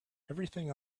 everything